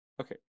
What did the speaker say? Okay